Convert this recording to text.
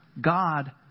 God